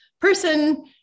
person